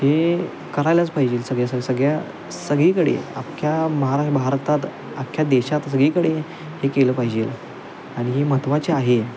हे करायलाच पाहिजेल सगळ्या सग सगळ्या सगळीकडे अख्या महारा भारतात अख्या देशात सगळीकडे हे केलं पाहिजेल आणि हे महत्त्वाचे आहे